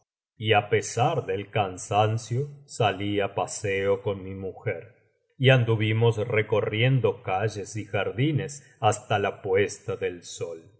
y á pesar del cansancio salí á paseo con mi mujer y anduvimos recorriendo calles y jardines hasta la puesta del sol y